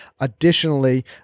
additionally